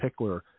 Pickler